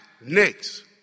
Next